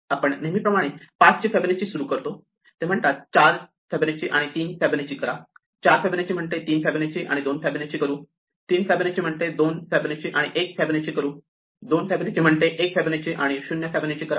आपण नेहमीप्रमाणे 5 ची फिबोनाची सुरू करतो ते म्हणतात 4 फिबोनाची आणि 3 फिबोनाची करा 4 फिबोनाची म्हणते 3 फिबोनाची आणि 2 फिबोनाची करू 3 फिबोनाची म्हणते 2 फिबोनाची आणि 1 फिबोनाची करू 2 फिबोनाची म्हणते 1 फिबोनाची आणि 0 फिबोनाची करा